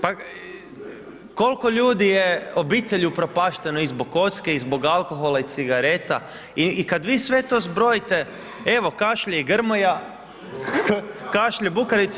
Pa koliko ljudi je, obitelji upropašteno i zbog kocke i zbog alkohola i cigareta i kad vi sve to zbrojite, evo kašlje i Grmoja, kašlje Bukarica.